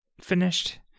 finished